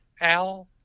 Al